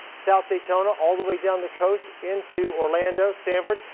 south daytona, all the way down the coast into orlando, sanford,